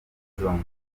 zombi